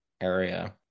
area